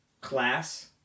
class